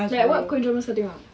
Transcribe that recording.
like what korean dramas kau tengok